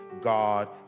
God